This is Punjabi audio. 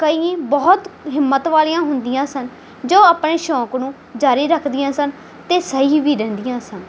ਕਈ ਬਹੁਤ ਹਿੰਮਤ ਵਾਲੀਆਂ ਹੁੰਦੀਆਂ ਸਨ ਜੋ ਆਪਣੇ ਸ਼ੌਂਕ ਨੂੰ ਜਾਰੀ ਰੱਖਦੀਆਂ ਸਨ ਤੇ ਸਹੀ ਵੀ ਰਹਿੰਦੀਆਂ ਸਨ